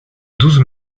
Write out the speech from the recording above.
douze